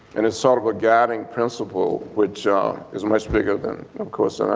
and it's sort of a guiding principle which is much bigger than, of course, i